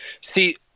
see